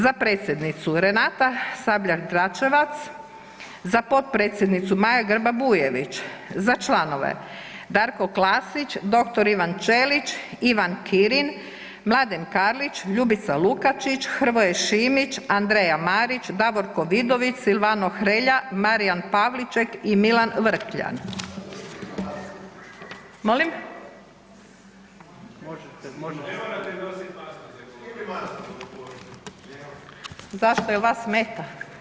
Za predsjednicu Renata Sabljak Dračevac, za potpredsjednicu Maja Grba Bujević, za članove: Darko Klasić, dr. Ivan Ćelić, Ivan Kirin, Mladen Karlić, Ljubica Ljukačić, Hrvoje Šimić, Andreja Marić, Davorko Vidović, Silvano Hrelja, Marijan Pavliček i Milan Vrkljan. … [[Upadica se ne razumije.]] Zašto jel vas smeta?